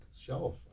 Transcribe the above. shelf